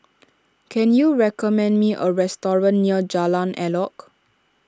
can you recommend me a restaurant near Jalan Elok